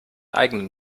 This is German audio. eigenen